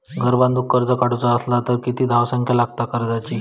घर बांधूक कर्ज काढूचा असला तर किती धावसंख्या लागता कर्जाची?